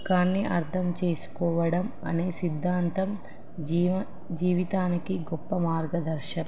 కాన్ని అర్థం చేసుకోవడం అనే సిద్ధాంతం జీవ జీవితానికి గొప్ప మార్గదర్శకం